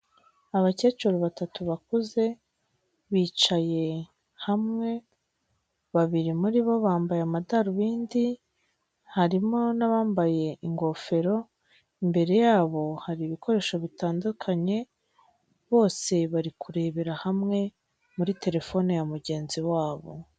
Abakecuru batatu bakuze, bicaye hamwe, babiri muri bo bambaye amadarubindi, harimo n'abambaye ingofero, imbere yabo hari ibikoresho bitandukanye, bose bari kurebera hamwe muri terefone ya mugenzi wabo.